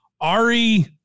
Ari